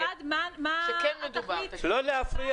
"ובלבד שלא מדובר